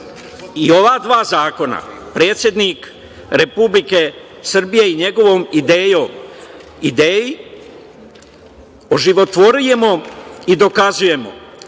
i ova dva zakona predsednik Republike Srbije i njegovom idejom, oživotvorujemo i dokazujemo